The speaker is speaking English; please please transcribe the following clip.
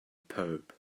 pope